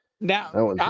Now